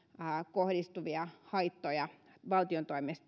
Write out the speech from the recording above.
kohdistuvia haittoja valtion